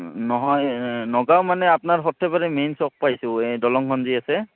নহয় নগাঁও মানে আপোনাৰ সৰ্থেবাৰী মেইন চক পাইছোঁ এই দলঙখন যি আছে